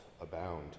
abound